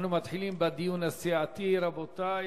אנחנו מתחילים בדיון הסיעתי, רבותי.